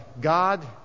God